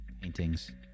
paintings